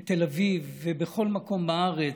בתל אביב ובכל מקום בארץ.